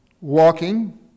walking